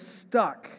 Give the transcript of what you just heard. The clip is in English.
stuck